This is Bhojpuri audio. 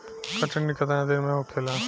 कटनी केतना दिन में होखेला?